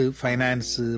finance